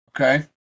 Okay